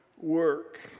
work